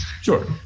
Sure